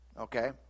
Okay